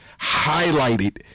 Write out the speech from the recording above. highlighted